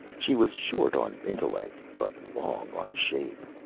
she was short on intellect but long on shape.